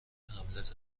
هملت